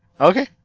Okay